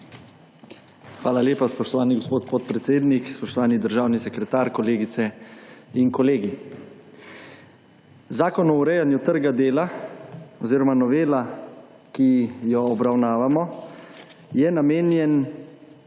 Hvala lepa, spoštovani gospod podpredsednik. Spoštovani državni sekretar, kolegice in kolegi. Zakon o urejanju trga dela oziroma novela, ki jo obravnavamo, je namenjen